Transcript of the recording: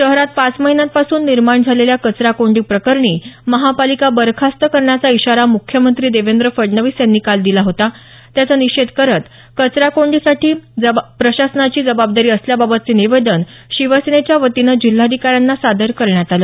शहरात पाच महिन्यांपासून निर्माण झालेल्या कचरा कोंडी प्रकरणी महापालिका बरखास्त करण्याचा इशारा मुख्यमंत्री देवेंद्र फडणवीस यांनी काल दिला होता त्याचा निषेध करत कचराकोंडी सोडवण्याची जबाबदारी प्रशासनाची असल्याबाबतचं निवेदन शिवसेनेच्या वतीनं जिल्हाधिकाऱ्यांना सादर करण्यात आलं